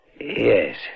Yes